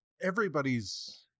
everybody's